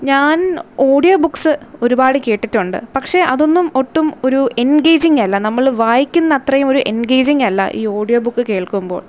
ഞാൻ audio books ഒരുപാട് കേട്ടിട്ടുണ്ട് പക്ഷെ അതൊന്നും ഒട്ടും ഒരു എൻഗേജിങ് അല്ല നമ്മള് വായിക്കുന്ന അത്രയും ഒരു എൻഗേജിങ് അല്ല ഈ ഓഡിയോ ബുക്ക് കേൾക്കുമ്പോൾ